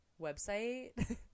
website